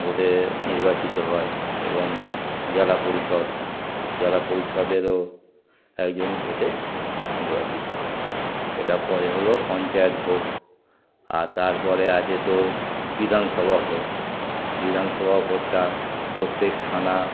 ভোটে নির্বাচিত হয় এবং জেলা পরিষদ জেলা পরিষদেরও একজন ভোটে নির্বাচিত হয় এটা হলো পঞ্চায়েত ভোট আর তারপরে আছে তো বিধানসভা ভোট বিধানসভা ভোটটা প্রত্যেক থানা